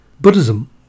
Buddhism